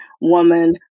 woman